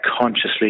consciously